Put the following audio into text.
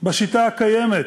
בשיטה הקיימת,